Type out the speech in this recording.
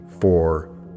four